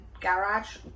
garage